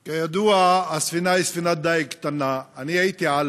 כידוע, הספינה היא